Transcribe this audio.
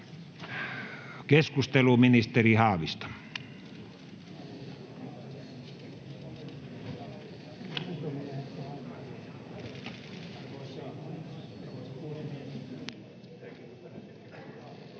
Keskustelu, ministeri Haavisto. [Speech